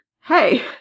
Hey